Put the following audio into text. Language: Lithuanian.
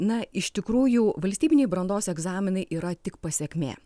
na iš tikrųjų valstybiniai brandos egzaminai yra tik pasekmė